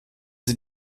sie